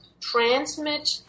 transmit